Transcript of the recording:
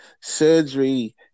surgery